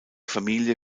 familie